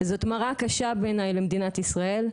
זאת מרה קשה בעיניי למדינת ישראל,